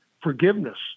forgiveness